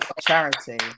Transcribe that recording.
Charity